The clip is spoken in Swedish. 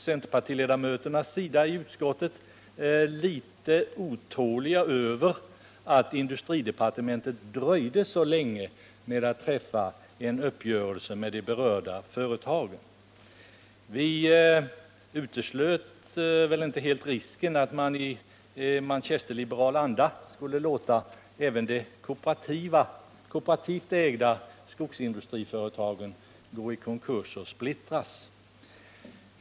Centerpartiledamöterna i utskottet var väl litet otåliga över att industridepartementet dröjde så länge med att träffa en uppgörelse med de berörda företagen. Vi uteslöt väl inte helt risken att man i manchesterliberal anda skulle låta även de kooperativt ägda skogsindustriföretagen gå i konkurs och splittras.